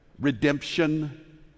redemption